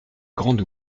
grande